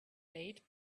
date